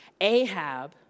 Ahab